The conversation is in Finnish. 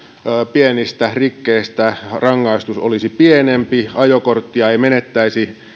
pienistä rikkeistä rangaistus olisi pienempi ihminen ei menettäisi